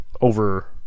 over